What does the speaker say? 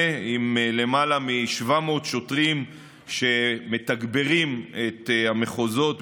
עם למעלה מ-700 שוטרים שמתגברים את המחוזות,